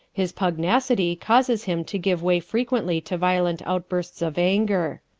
his pugnacity causes him to give way frequently to violent outbursts of anger.